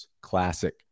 classic